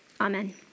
Amen